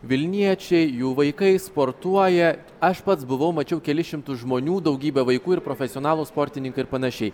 vilniečiai jų vaikai sportuoja aš pats buvau mačiau kelis šimtus žmonių daugybę vaikų ir profesionalūs sportininkai ir panašiai